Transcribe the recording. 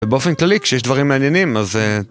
ובאופן כללי כשיש דברים מעניינים אז אה...